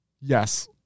yes